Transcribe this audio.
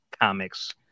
comics